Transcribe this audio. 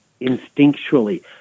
instinctually